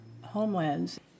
homelands